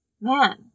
Man